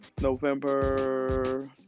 November